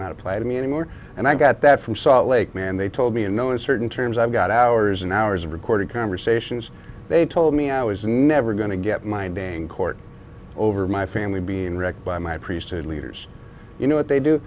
not apply to me anymore and i got that from salt lake man they told me in no uncertain terms i've got hours and hours of recorded conversations they told me i was never going to get my being court over my family being wrecked by my priesthood leaders you know what they do